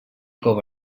cova